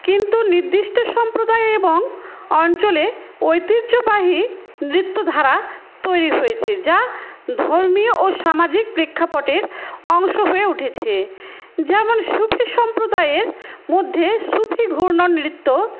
কিন্তু নির্দিষ্ট সম্প্রদায় এবং অঞ্চলে ঐতিহ্যবাহী নৃত্যধারা তৈরি হয়েছে যা ধর্মীয় ও সামাজিক প্রেক্ষাপটের অংশ হয়ে উঠেছে যেমন সুফি সম্প্রদায়ের মধ্যে সুফি ঘূর্ণ নৃত্য